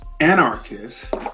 anarchist